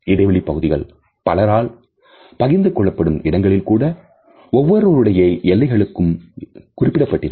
இடைவெளி பகுதிகள் பலரால் பகிர்ந்து கொள்ளப்படும் இடங்களில்கூட ஒவ்வொருவருடைய எல்லைகளும் குறிக்கப்பட்டிருக்கும்